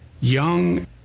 young